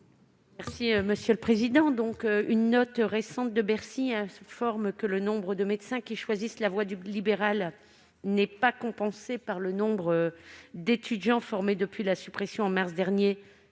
Mme Cathy Apourceau-Poly. Une note récente de Bercy souligne que le nombre de médecins qui choisissent la voie libérale n'est pas compensé par le nombre d'étudiants formés depuis la suppression, en mars dernier,